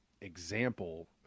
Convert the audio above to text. example